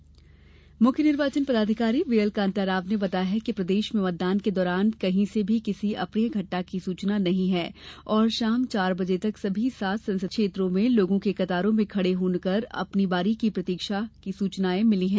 कांताराव मुख्य निर्वाचन अधिकारी वी एल कांताराव ने बताया कि प्रदेश में मतदान के दौरान कहीं से भी किसी अप्रिय घटना की सूचना नहीं है और शाम चार बजे तक सभी सात संसदीय क्षेत्रों में लोगों के कतारों में खड़े होकर अपनी बारी की प्रतीक्षा करने की सूचनाएं हैं